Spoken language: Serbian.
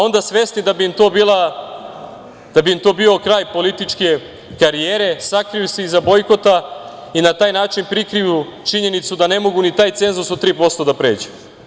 Onda, svesni da bi im to bio kraj političke karijere, sakriju se iza bojkota i na taj način prikriju činjenicu da ne mogu ni taj cenzus od 3% da pređu.